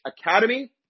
Academy